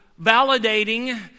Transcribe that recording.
validating